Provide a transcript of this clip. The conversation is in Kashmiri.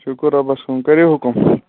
شُکُر رۄبَس کُن کٔرِو حُکُم